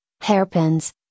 hairpins